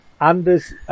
Anders